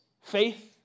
faith